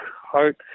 heart